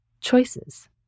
choices